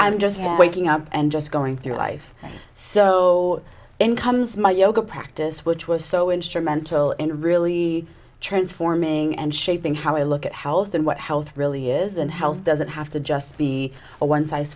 i'm just waking up and just going through life so in comes my yoga practice which was so instrumental in really transforming and shaping how i look at health and what health really is and health doesn't have to just be a one size